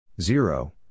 Zero